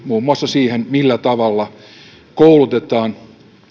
muun muassa siihen millä tavalla koulutetaan